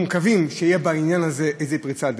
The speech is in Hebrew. אנחנו מקווים שתהיה בעניין הזה איזו פריצת דרך,